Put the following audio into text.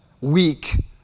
weak